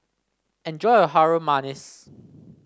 enjoy your Harum Manis